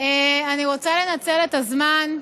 אני רוצה לנצל את הזמן,